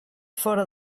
fora